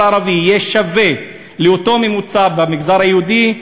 הערבי יהיה שווה לממוצע במגזר היהודי,